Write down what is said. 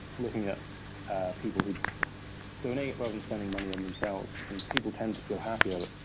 looking at ah people who donate rather than spending money on themselves, and people tend to feel happier.